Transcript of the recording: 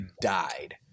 died